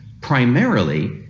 primarily